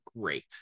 great